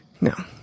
No